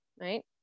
right